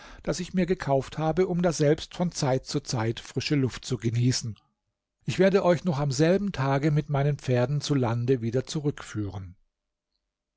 das ich mir gekauft habe um daselbst von zeit zu zeit frische luft zu genießen ich werde euch noch am selben tage mit meinen pferden zu lande wieder zurückführen